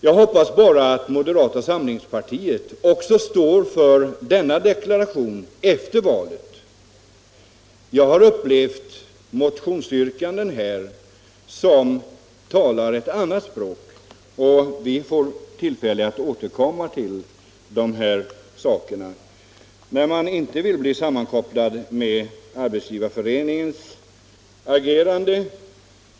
Jag hoppas bara att moderata samlingspartiet står för denna deklaration även efter valet. Det finns motionsyrkanden som talar ett annat språk. Vi får tillfälle att återkomma till dessa saker. Det är svårt för moderaterna att undgå att bli sammankopplade med. Arbetsgivareföreningens agerande.